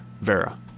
Vera